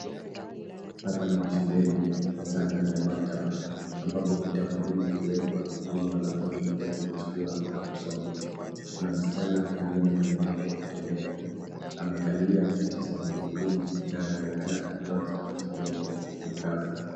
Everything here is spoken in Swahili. Hapa ni shuleni hasa ndani ya maktaba ambapo vitabu vingi huwekwa ili wanafunzi kuja kuvichukua na kusoma, kuna msichana aliye na ulemavu wa kutembea amekalia kiti cha magurudumu na anaonekana akitoa kitabu kimoja kwenye rafu.